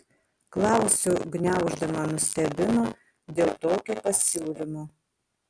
klausiu gniauždama nustebimą dėl tokio pasiūlymo